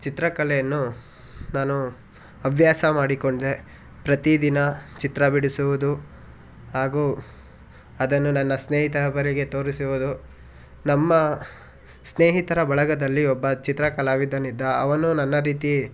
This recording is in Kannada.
ಚಿತ್ರಕಲೆಯನ್ನು ನಾನು ಅಭ್ಯಾಸ ಮಾಡಿಕೊಂಡೆ ಪ್ರತೀದಿನ ಚಿತ್ರ ಬಿಡಿಸುವುದು ಹಾಗೂ ಅದನ್ನು ನನ್ನ ಸ್ನೇಹಿತ ಅವರಿಗೆ ತೋರಿಸುವುದು ನಮ್ಮ ಸ್ನೇಹಿತರ ಬಳಗದಲ್ಲಿ ಒಬ್ಬ ಚಿತ್ರ ಕಲಾವಿದನಿದ್ದ ಅವನು ನನ್ನ ರೀತಿ